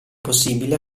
possibile